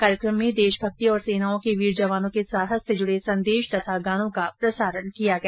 कार्यक्रम में देशभक्ति और सेनाओं के वीर जवानों के साहस से जुड़े संदेश तथा गानों का प्रसारण किया गया